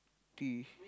tea